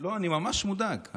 אני ממש מודאג.